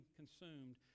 consumed